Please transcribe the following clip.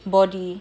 body